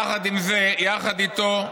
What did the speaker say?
יחד איתו,